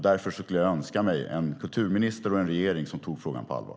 Därför skulle jag önska mig en kulturminister och en regering som tog frågan på allvar.